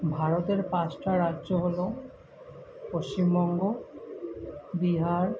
ভারতের পাঁচটা রাজ্য হলো পশ্চিমবঙ্গ বিহার